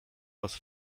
was